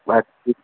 बाक़ी